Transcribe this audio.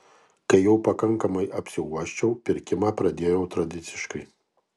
kai jau pakankamai apsiuosčiau pirkimą pradėjau tradiciškai